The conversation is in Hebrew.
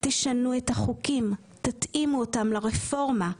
תשנו את החוקים, תתאימו אותם לרפורמה.